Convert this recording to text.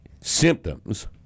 symptoms